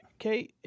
Okay